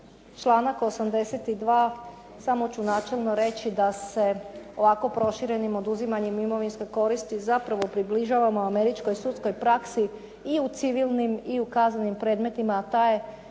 Članak 82. samo ću načelno reći da se ovako proširenim oduzimanjem imovinske koristi zapravo približavamo američkoj sudskoj praksi i u civilnim i u kaznenim predmetima, a ta je